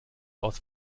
aus